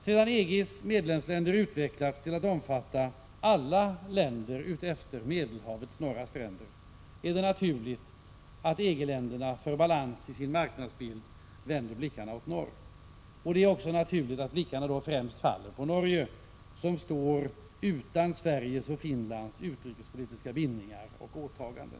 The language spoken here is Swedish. Sedan EG:s medlemsländer utvecklats till att omfatta alla länder utefter Medelhavets norra stränder är det naturligt att EG-länderna för att få balans i sin marknadsbild vänder blickarna åt norr, och då i första hand mot Norge, som inte har Sveriges och Finlands utrikespolitiska bindningar och åtaganden.